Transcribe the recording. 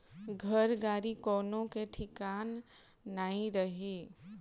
घर, गाड़ी कवनो कअ ठिकान नाइ रही